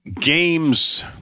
games